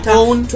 own